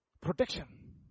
Protection